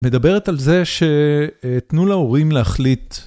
מדברת על זה שתנו להורים להחליט.